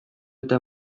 eta